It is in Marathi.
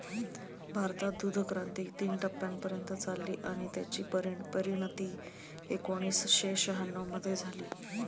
भारतात दूधक्रांती तीन टप्प्यांपर्यंत चालली आणि त्याची परिणती एकोणीसशे शहाण्णव मध्ये झाली